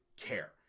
care